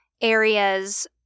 areas